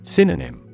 Synonym